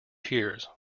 tears